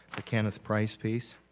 the kenneth price piece